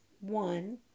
one